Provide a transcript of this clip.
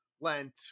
Lent